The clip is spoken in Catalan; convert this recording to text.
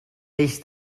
peix